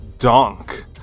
Donk